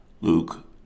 Luke